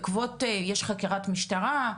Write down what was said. יש חקירת משטרה,